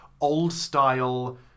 old-style